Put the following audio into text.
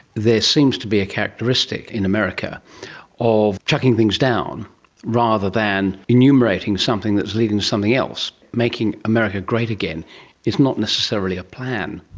there seems to be a characteristic in america of chucking things down rather than enumerating something that is leading to something else, making america great again is not necessarily a plan.